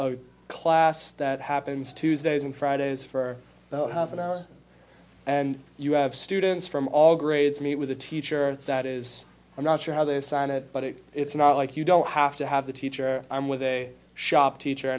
a class that happens tuesdays and fridays for about half an hour and you have students from all grades meet with a teacher that is i'm not sure how they assign it but it's not like you don't have to have the teacher i'm with a shop teacher